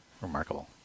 Remarkable